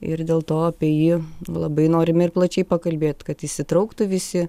ir dėl to apie jį labai norim ir plačiai pakalbėt kad įsitrauktų visi